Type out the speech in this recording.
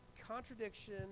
contradiction